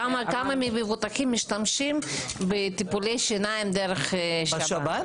כמה מהמבוטחים משתמשים בטיפולי שיניים דרך שב"ן?